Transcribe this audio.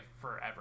forever